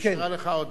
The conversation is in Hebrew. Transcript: נשארה לך עוד דקה.